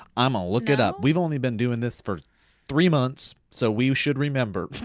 i'm a look it up. we've only been doing this for three months, so we should remember